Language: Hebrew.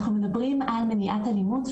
אנחנו מדברים על מניעת אלימות.